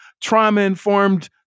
trauma-informed